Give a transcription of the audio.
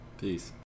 Peace